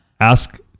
Ask